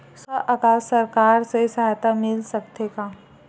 सुखा अकाल सरकार से सहायता मिल सकथे का?